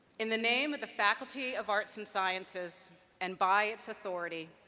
in the name of the faculty of arts and sciences and by its authority,